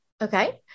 Okay